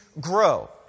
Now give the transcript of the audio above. grow